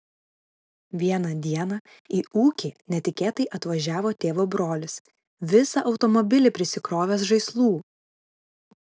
vieną dieną į ūkį netikėtai atvažiavo tėvo brolis visą automobilį prisikrovęs žaislų